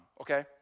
Okay